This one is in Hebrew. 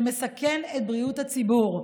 שמסכן את בריאות הציבור,